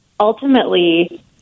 ultimately